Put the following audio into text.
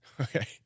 Okay